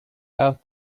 out